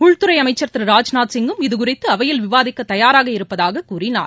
உள்துறை அமைச்சர் திரு ராஜ்நாத்சிங்கும் இதுகுறித்து அவையில் விவாதிக்க தயாராக இருப்பதாக கூறினார்